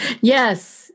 Yes